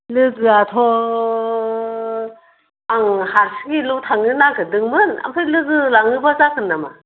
लोगोआथ' आं हारसिङैल' थांनो नागिरदोंमोन ओमफ्राय लोगोआव लाङोबा जागोन नामा